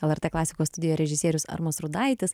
lrt klasikos studijoj režisierius armas rudaitis